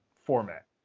format